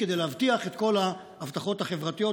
כדי להבטיח את כל ההבטחות החברתיות,